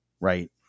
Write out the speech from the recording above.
right